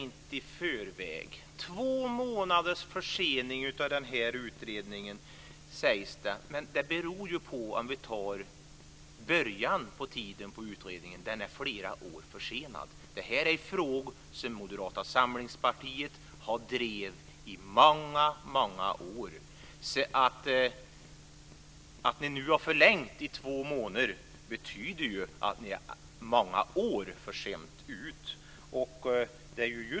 Det talas om två månaders försening av den här utredningen, men om vi räknar från början av utredningen är den flera år försenad. Det här är frågor som Moderata samlingspartiet har drivit i många år. Att ni nu har förlängt utredningen med två månader betyder att ni är många år försenade.